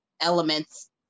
elements